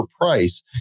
price